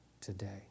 today